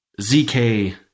ZK